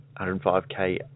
105k